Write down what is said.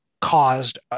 caused